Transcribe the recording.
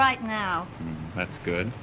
right now that's good